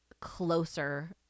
closer